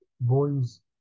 boys